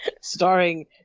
starring